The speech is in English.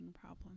problem